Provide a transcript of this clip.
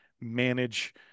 manage